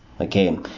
okay